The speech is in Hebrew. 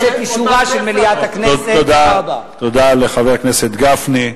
תודה לחבר הכנסת גפני.